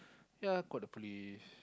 ya called the police